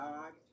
God